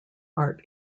art